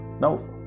Now